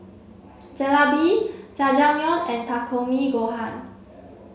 Jalebi Jajangmyeon and Takikomi Gohan